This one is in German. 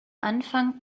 anfang